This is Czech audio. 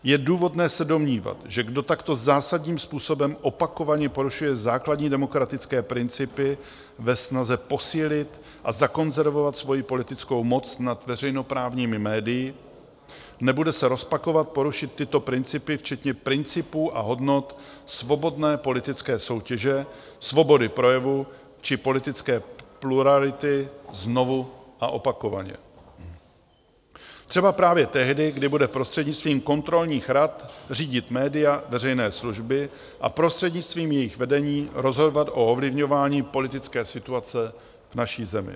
Je důvodné se domnívat, že kdo takto zásadním způsobem opakovaně porušuje základní demokratické principy ve snaze posílit a zakonzervovat svoji politickou moc nad veřejnoprávními médii, nebude se rozpakovat porušit tyto principy včetně principů a hodnot svobodné politické soutěže, svobody projevu či politické plurality znovu a opakovaně, třeba právě tehdy, kdy bude prostřednictvím kontrolních rad řídit média veřejné služby a prostřednictvím jejich vedení rozhodovat o ovlivňování politické situace v naší zemi.